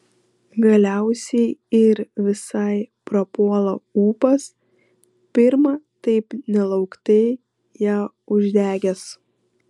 galiausiai ir visai prapuola ūpas pirma taip nelauktai ją uždegęs